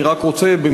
אני רוצה,